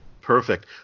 Perfect